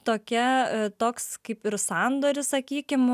tokia toks kaip ir sandoris sakykim